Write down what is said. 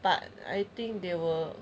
but I think they will